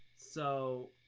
so,